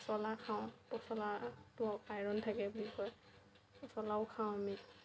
পচলা খাওঁ পচলাতো আইৰণ থাকে বুলি কয় পচলাও খাওঁ আমি